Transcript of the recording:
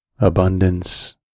abundance